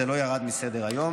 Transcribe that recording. זה לא ירד מסדר-היום.